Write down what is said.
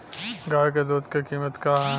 गाय क दूध क कीमत का हैं?